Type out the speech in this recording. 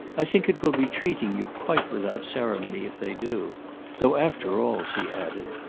i think it will be treating you quite without ceremony if they do though after all, she added,